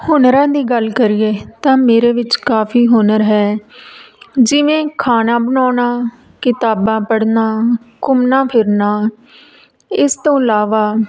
ਹੁਨਰਾਂ ਦੀ ਗੱਲ ਕਰੀਏ ਤਾਂ ਮੇਰੇ ਵਿੱਚ ਕਾਫੀ ਹੁਨਰ ਹੈ ਜਿਵੇਂ ਖਾਣਾ ਬਣਾਉਣਾ ਕਿਤਾਬਾਂ ਪੜ੍ਹਨਾ ਘੁੰਮਣਾ ਫਿਰਨਾ ਇਸ ਤੋਂ ਇਲਾਵਾ